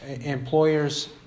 employer's